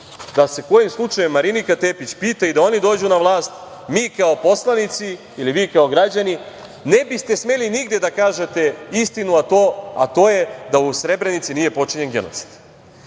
da se kojim slučajem Marinika Tepić pita i da oni dođu na vlast, mi kao poslanici ili vi kao građani ne bi ste smeli nigde da kažete istinu, a to je da u Srebrenici nije počinjen genocid.Za